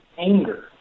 anger